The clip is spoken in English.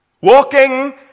walking